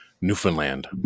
Newfoundland